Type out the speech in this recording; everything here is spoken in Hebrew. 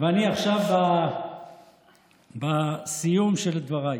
אני עכשיו בסיום דבריי.